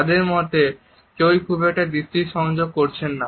তাঁদের মধ্যে কেউই খুব একটি দৃষ্টি সংযোগ করছেন না